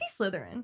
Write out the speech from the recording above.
Slytherin